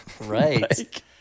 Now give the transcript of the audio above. Right